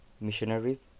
missionaries